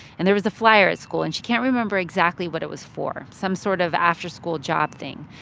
and there was a flyer at school. and she can't remember exactly what it was for some sort of after-school job thing.